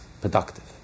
productive